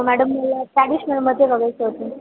madam मला ट्रॅडिशनलमध्येे बघायचं होतं